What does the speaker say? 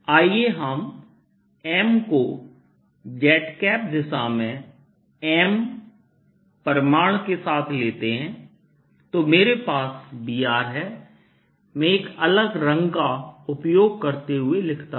आइए हम mको z दिशा में m परिमाण के साथ लेते हैं तो मेरे पास Br है मैं एक अलग रंग का उपयोग करते हुए लिखता हूं